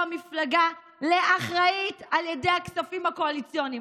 המפלגה לאחראית על הכספים הקואליציוניים.